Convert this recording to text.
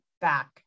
back